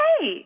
hey